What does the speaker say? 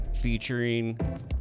featuring